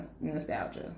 nostalgia